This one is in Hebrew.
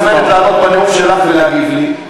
את מוזמנת לעלות בנאום שלך ולהגיב לי.